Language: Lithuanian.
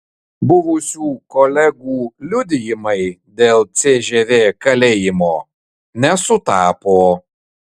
buvusių kolegų liudijimai dėl cžv kalėjimo nesutapo